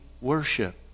worship